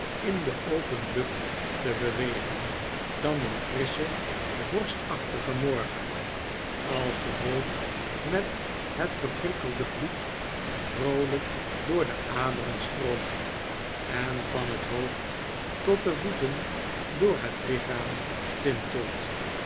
in de open lucht te bewegen dan een frissche vorstachtige morgen als de hoop met het geprikkelde bloed vroolijk door de aderen stroomt en van het hoofd tot de voeten door het lichaam tintelt